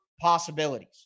possibilities